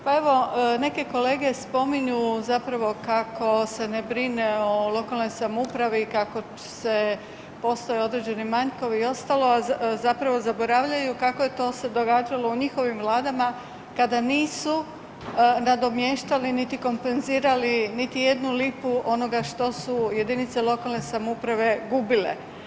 Pa evo, neke kolege spominju zapravo kako se ne brine o lokalnoj samoupravi, kako postoje određeni manjkovi i ostalo, a zapravo zaboravljaju kako je to se događalo u njihovim vladama kada nisu nadomještali niti kompenzirali niti jednu lipu onoga što su jedinice lokalne samouprave gubile.